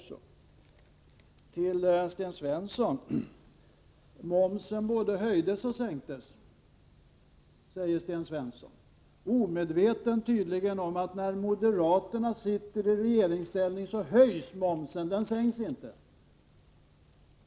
Sten Svensson sade att momsen både höjdes och sänktes — tydligen omedveten om att när moderaterna sitter i regeringsställning, då höjs momsen, inte sänks.